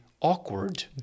Awkward